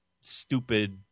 stupid